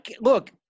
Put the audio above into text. Look